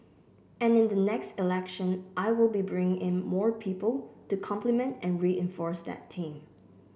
and in the next election I will be bringing in more people to complement and reinforce that team